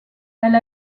elle